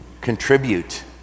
contribute